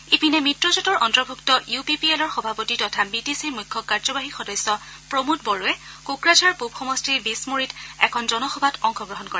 ইপিনে মিত্ৰজেঁটৰ অন্তৰ্ভুক্ত ইউ পি পি এলৰ সভাপতি তথা বি টি চিৰ মূখ্য কাৰ্যবাহী সদস্য প্ৰমোদ বড়োৱে কোকৰাঝাৰ পূৱ সমষ্টিৰ বিছমুৰীত এখন জনসভাত অংশগ্ৰহণ কৰে